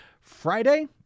Friday